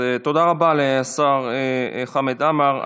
אז תודה רבה לשר חמד עמאר.